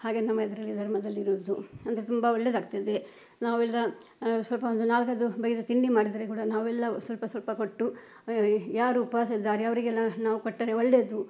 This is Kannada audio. ಹಾಗೆ ನಮ್ಮ ಇದರಲ್ಲಿ ಧರ್ಮದಲ್ಲಿರೋದು ಅಂದರೆ ತುಂಬ ಒಳ್ಳೇದಾಗ್ತದೆ ನಾವೆಲ್ಲ ಸ್ವಲ್ಪ ಒಂದು ನಾಲ್ಕೈದು ಬಗೆಯ ತಿಂಡಿ ಮಾಡಿದ್ರೆ ಕೂಡ ನಾವೆಲ್ಲ ಸ್ವಲ್ಪ ಸ್ವಲ್ಪ ಕೊಟ್ಟು ಯಾರು ಉಪವಾಸ ಇದ್ದಾರೆ ಅವರಿಗೆಲ್ಲ ನಾವು ಕೊಟ್ಟರೆ ಒಳ್ಳೇದು